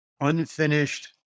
unfinished